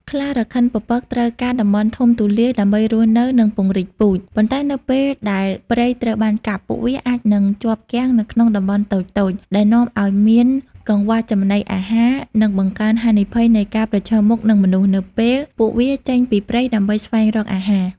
ខ្លារខិនពពកត្រូវការតំបន់ធំទូលាយ ដើម្បីរស់នៅ និងពង្រីកពូជ ប៉ុន្តែនៅពេលដែលព្រៃត្រូវបានកាប់ ពួកវាអាចនឹង ជាប់គាំងនៅក្នុងតំបន់តូចៗ ដែលនាំឲ្យមានកង្វះចំណីអាហារ និងបង្កើនហានិភ័យនៃការ ប្រឈមមុខនឹងមនុស្ស នៅពេលពួកវាចេញពីព្រៃដើម្បីស្វែងរកអាហារ។